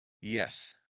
yes